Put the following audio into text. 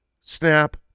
snap